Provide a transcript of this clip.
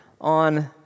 on